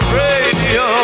radio